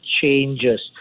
changes